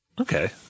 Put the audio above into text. Okay